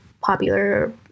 popular